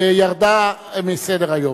ירדה מסדר-היום.